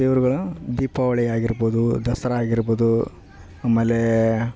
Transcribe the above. ದೇವರುಗಳ ದೀಪಾವಳಿ ಆಗಿರ್ಬೌದು ದಸ್ರಾ ಆಗಿರ್ಬೌದು ಆಮೇಲೇ